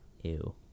ew